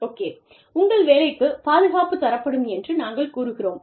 okay உங்கள் வேலைக்கு பாதுகாப்பு தரப்படும் என்று நாங்கள் கூறுகிறோம்